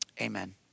Amen